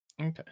Okay